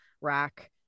rack